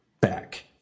back